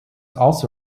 also